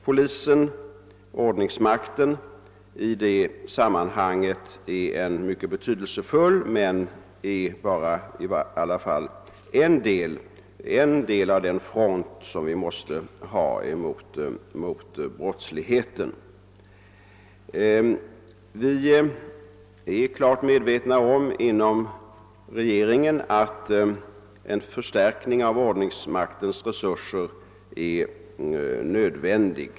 Polisen, ordningsmakten, är därvidlag mycket betydelsefull men bara en del av den front som vi måste ha mot brottsligheten. Vi är inom regeringen klart medvetna om att en förstärkning av ordningsmaktens resurser är nödvändig.